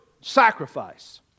sacrifice